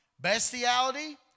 Bestiality